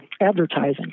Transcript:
advertising